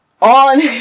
on